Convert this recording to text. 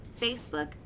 Facebook